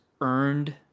earned